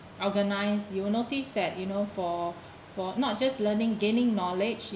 organized you will notice that you know for for not just learning gaining knowledge